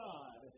God